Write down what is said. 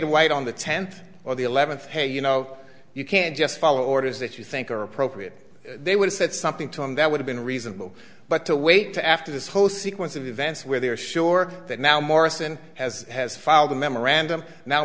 to white on the tenth or the eleventh hey you know you can't just follow orders that you think are appropriate they would have said something to him that would have been reasonable but to wait to after this whole sequence of events where they are sure that now morrison has has filed a memorandum now